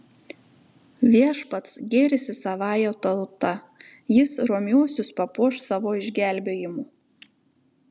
viešpats gėrisi savąja tauta jis romiuosius papuoš savo išgelbėjimu